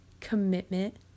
commitment